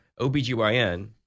OBGYN